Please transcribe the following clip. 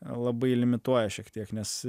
labai limituoja šiek tiek nes